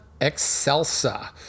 excelsa